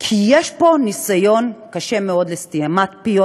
כי יש פה ניסיון קשה מאוד של סתימת פיות,